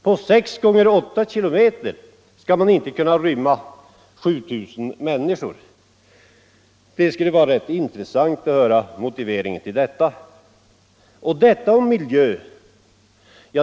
På 6 x 8 km skall man inte kunna rymma 7000 människor — det skulle vara rätt intressant att höra förklaringen till detta!